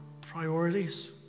priorities